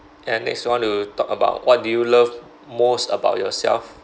and next one we will talk about what do you love most about yourself